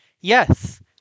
Yes